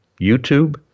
YouTube